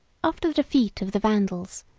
after the defeat of the vandals,